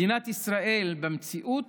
מדינת ישראל במציאות